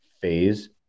phase